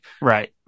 Right